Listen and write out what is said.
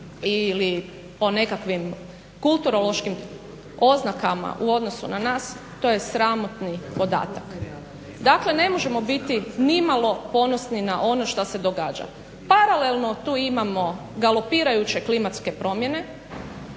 ili po nekakvim kulturološkim oznakama u odnosu na nas to je sramotni podatak. Dakle, ne možemo biti nimalo ponosni na ono što se događa. Paralelno tu imamo galopirajuće klimatske promjene,